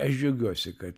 aš džiaugiuosi kad